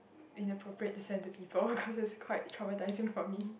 inappropriate to send to people cause it's quite traumatizing for me